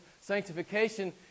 sanctification